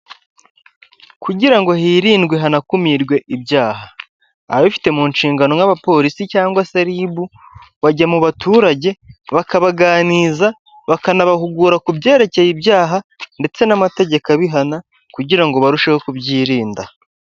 Kugira ngo hirindwe hanakumirwe ibyaha ababibifite mu nshingano nk'abapolisi cyangwa se RIB bajya mu baturage bakabaganiriza, bakanabahugura ku byerekeye ibyaha ndetse n'amategeko abihana kugira ngo barusheho kubyirinda.